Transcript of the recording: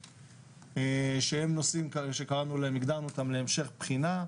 שהם נושאים שהגדרנו אותם להמשך בחינה,